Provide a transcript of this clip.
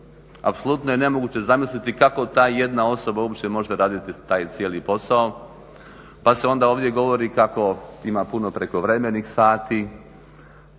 Apsolutno je nemoguće zamisliti kako ta jedna osoba uopće može raditi taj cijeli posao. Pa se onda ovdje govori kako ima puno prekovremenih sati,